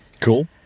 Cool